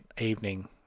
evening